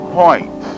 point